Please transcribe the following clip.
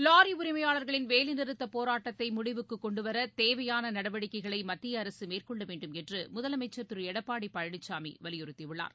லாரிஉரிமையாளர்களின் வேலைநிறுத்தபோராட்டத்தைமுடிவுக்குகொண்டுவரதேவையானநடவடிக்கைகளைமத்தியஅரசுமேற்கொள்ளவேண் டும் என்றுமுதலமைச்சர் திருஎடப்பாடிபழனிசாமிவலியுறுத்திஉள்ளார்